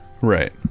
right